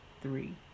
three